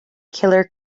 killer